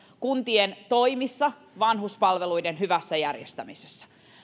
kuntien toimissa vanhuspalveluiden hyvässä järjestämisessä